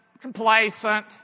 Complacent